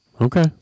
Okay